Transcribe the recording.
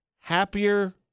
Happier